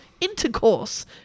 intercourse